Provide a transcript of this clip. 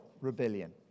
rebellion